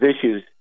issues